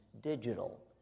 digital